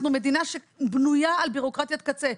אנחנו מדינה שבנויה על בירוקרטיית קצה,